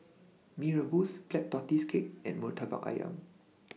Mee Rebus Black Tortoise Cake and Murtabak Ayam